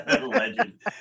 Legend